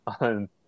on